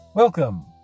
Welcome